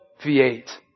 V8